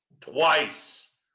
twice